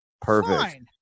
perfect